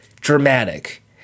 dramatic